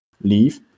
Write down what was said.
leave